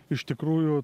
iš tikrųjų